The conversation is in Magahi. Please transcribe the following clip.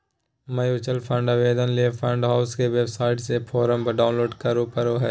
म्यूचुअल फंड आवेदन ले फंड हाउस के वेबसाइट से फोरम डाऊनलोड करें परो हय